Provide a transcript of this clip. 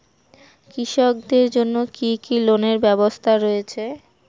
কৃষকদের জন্য কি কি লোনের ব্যবস্থা রয়েছে?